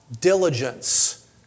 diligence